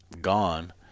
gone